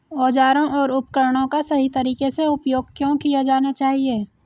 औजारों और उपकरणों का सही तरीके से उपयोग क्यों किया जाना चाहिए?